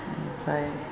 ओमफ्राय